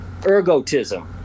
ergotism